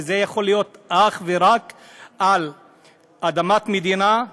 וזה יכול להיות אך ורק על אדמת מדינה,